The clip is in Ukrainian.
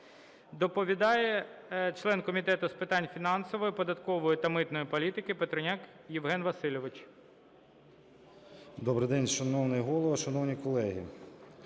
Доповідає член комітету з питань фінансової, податкової та митної політики Петруняк Євген Васильович. 13:27:46 ПЕТРУНЯК Є.В. Добрий день, шановний Голово, шановні колеги.